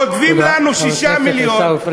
כותבים לנו 6 מיליון.